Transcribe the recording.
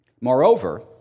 Moreover